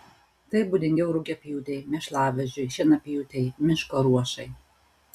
tai būdingiau rugiapjūtei mėšlavežiui šienapjūtei miško ruošai